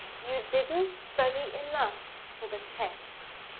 you didn't study enough for the test.